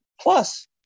Plus